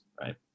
right